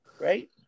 right